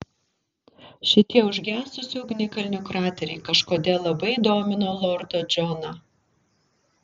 šitie užgesusių ugnikalnių krateriai kažkodėl labai domino lordą džoną